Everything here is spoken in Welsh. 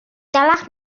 dalach